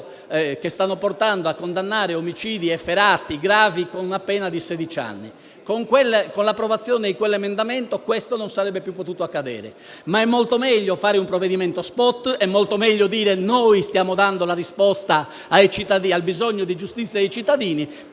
che stanno portando a condannare omicidi efferati e gravi con una pena di sedici anni. Con l'approvazione di quell'emendamento questo non sarebbe più potuto accadere, ma è molto meglio fare un provvedimento *spot*, è molto meglio dire «noi stiamo dando una risposta al bisogno di giustizia dei cittadini»,